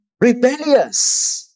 rebellious